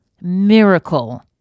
miracle